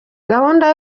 gahunda